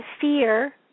fear